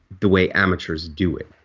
the way amateurs do it.